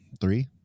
three